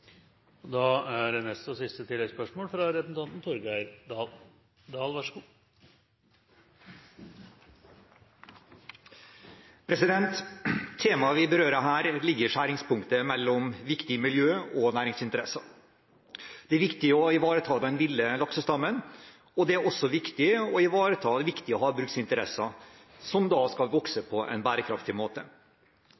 Torgeir Dahl – til siste oppfølgingsspørsmål. Temaet vi berører her ligger i skjæringspunktet mellom viktige miljø- og næringsinteresser. Det er viktig å ivareta den ville laksestammen. Det er også viktig å ivareta viktige havbruksinteresser, som skal vokse